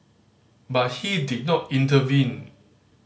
but he did not intervene